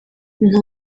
nta